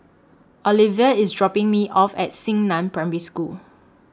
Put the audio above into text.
Oliva IS dropping Me off At Xingnan Primary School